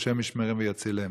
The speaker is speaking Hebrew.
ה' ישמרם ויצילם.